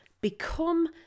become